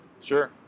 Sure